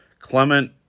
Clement